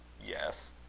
yes.